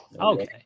okay